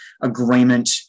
agreement